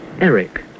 Eric